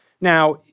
Now